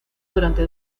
durante